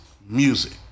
Music